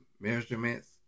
measurements